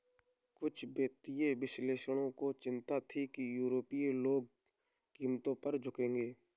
कुछ वित्तीय विश्लेषकों को चिंता थी कि यूरोपीय लोग कीमतों पर झुकेंगे